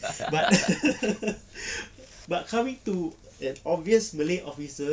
but but coming to a obvious malay officer